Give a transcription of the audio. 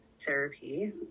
therapy